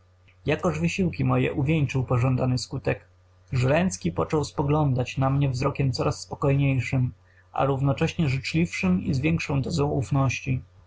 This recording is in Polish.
jakoż wysiłki moje uwieńczył pożądany skutek żręcki począł spoglądać na mnie wzrokiem coraz spokojniejszym a równocześnie życzliwszym i z większą dozą ufności